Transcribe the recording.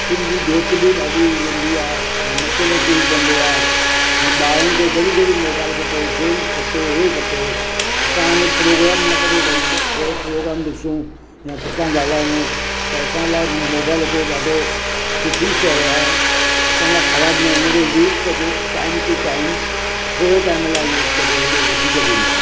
अखियुनि जी जोति भी ॾाढी वेंदी आहे ऐं मथे में सूरु पवंदो आहे ऐं ॿारनि खे घड़ी घड़ी मोबाएल खपे गेम्स खपे ही खपे असां वांगुरु प्रोग्राम न खपे भई ॿ थोरो प्रोग्राम ॾिसूं या कंहिं सां ॻाल्हायूं त असां लाइ मोबाइल हिकिड़ो ॾाढो सुठी शइ आहे असां लाइ ख़राबु न हुनखे यूस कजे टाइम टू टाइम थोरे टाइम लाइ यूस कजे हेॾो वधीक बि न